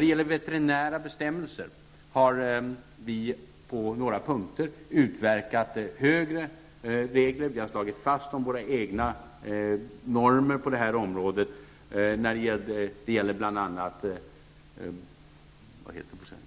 Beträffande veterinära bestämmelser har vi på några punkter utverkat högre nivåer. Vi har slagit fast våra egna normer på det området. Det gäller bl.a.